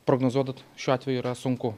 prognozuotot šiuo atveju yra sunku